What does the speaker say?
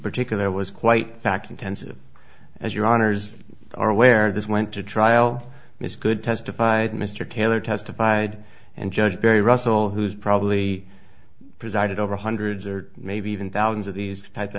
particular was quite fact intensive as your honour's are aware this went to trial ms good testified mr taylor testified and judge perry russell who's probably presided over hundreds or maybe even thousands of these type of